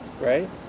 Right